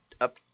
up